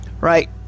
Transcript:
Right